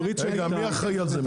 מי אחראי על זה?